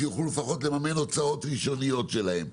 שיוכלו לפחות לממן הוצאות ראשוניות שלהם,